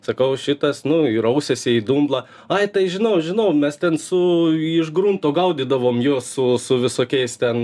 sakau šitas nu ir rausiasi į dumblą ai tai žinau žinau mes ten su jį iš grunto gaudydavom juos su su visokiais ten